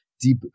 deep